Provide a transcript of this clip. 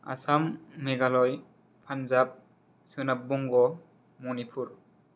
आसाम मेघालय पान्जाब सोनाब बंग मनिपुर